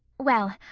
well,